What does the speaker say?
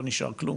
לא נשאר כלום,